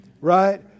right